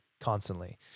constantly